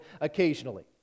occasionally